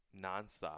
nonstop